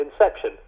Inception